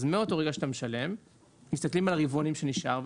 אז מאותו רגע שאתה משלם מסתכלים על הרבעונים שנשארו